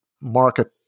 market